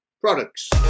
products